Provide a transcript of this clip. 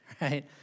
right